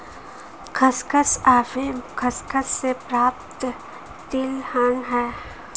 खसखस अफीम खसखस से प्राप्त तिलहन है